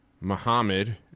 Muhammad